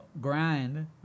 grind